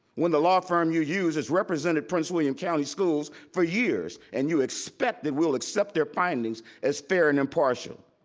when the law firm you use has represented prince william county schools for years, and you expect that we'll accept their findings as fair and impartial.